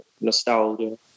nostalgia